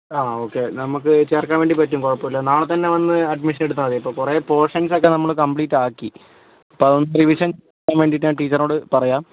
ആ ഓക്കേ നമുക്ക് ചേർക്കാൻ വേണ്ടി പറ്റും കുഴപ്പമില്ല നാളെത്തന്നേ വന്ന് അഡ്മിഷൻ എടുത്താൽ മതി ഇപ്പോൾ കുറേ പോഷൻസ് ഒക്കെ നമ്മൾ കംപ്ലീറ്റ് ആക്കി അപ്പോൾ അതൊന്ന് റിവിഷൻ വേണ്ടിയിട്ട് ഞാൻ ടീച്ചറിനോട് പറയാം